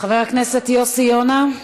חבר הכנסת יוסי יונה,